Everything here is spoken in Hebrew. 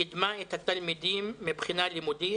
קידמה את התלמידים מבחינה לימודית